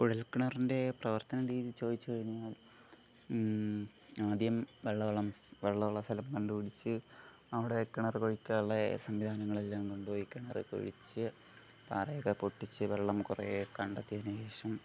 കുഴൽ കിണറിൻ്റെ പ്രവർത്തന രീതി ചോദിച്ച് കഴിഞ്ഞാൽ ആദ്യം വെള്ളം ഉള്ള വെള്ളം ഉള്ള സ്ഥലം കണ്ട് പിടിച്ച് അവിടെ കിണർ കുഴിക്കാനുള്ള സംവിധാനങ്ങളെല്ലാം കൊണ്ടുപോയി കിണർ കുഴിച്ച് തറ ഒക്കെ പൊട്ടിച്ച് വെള്ളം കുറെ കണ്ടെത്തിയതിന് ശേഷം